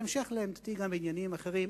בהמשך לעמדתי גם בעניינים אחרים,